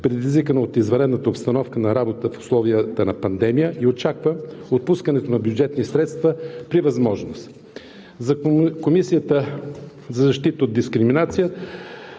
предизвикана от извънредната обстановка на работа в условията на пандемия, и очаква отпускането на бюджетни средства при възможност. За Комисията за защита от дискриминация